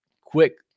quick